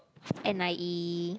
n_i_e